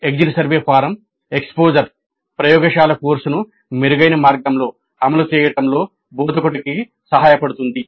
exit survey form exposure ప్రయోగశాల కోర్సును మెరుగైన మార్గంలో అమలు చేయడంలో బోధకుడికి సహాయపడుతుంది